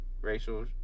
racial